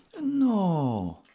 No